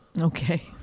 Okay